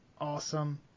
awesome